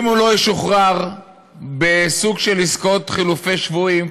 אם הוא לא ישוחרר בסוג של עסקאות חילופי שבויים,